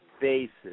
basis